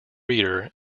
reader